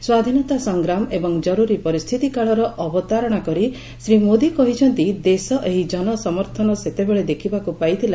ସ୍ୱାଧୀନତା ସଂଗ୍ରାମ ଏବଂ କରୁରୀ ପରିସ୍ଥିତିକାଳର ଅବତାରଣା କରି ଶ୍ରୀ ମୋଦି କହିଛନ୍ତି ଦେଶ ଏହି ଜନ ସମର୍ଥନ ସେତେବେଳେ ଦେଖିବାକୁ ପାଇଥିଲା